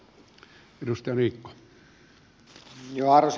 arvoisa puheenjohtaja